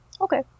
Okay